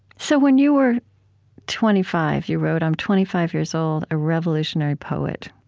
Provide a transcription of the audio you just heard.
so when you were twenty five, you wrote, i'm twenty five years old, a revolutionary poet.